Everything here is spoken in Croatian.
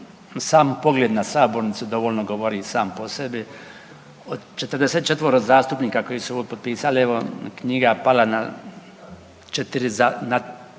Sam pogled na sabornicu dovoljno govori i sam po sebi. Od 44 zastupnika koji su ovo potpisali evo knjiga pala na